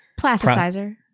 plasticizer